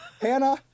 Hannah